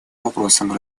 вопросам